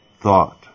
thought